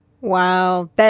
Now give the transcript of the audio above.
Wow